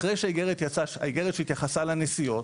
אחרי שהאגרת יצאה, האגרת שהתייחסה לנסיעות.